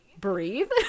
breathe